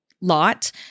lot